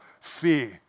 fear